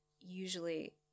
Usually